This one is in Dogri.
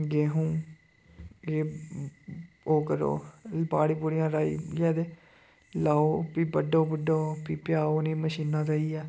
गेहूं एह् ओह् करो पाड़ी पूडियां राहियै ते लाओ ते फ्ही बड्डो बुड्डो फ्ही पेआओ उ'नें मशीनां जाइयै